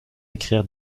écrire